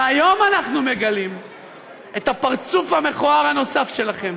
והיום אנחנו מגלים את הפרצוף המכוער הנוסף שלכם,